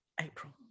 April